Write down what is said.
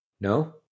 No